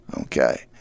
Okay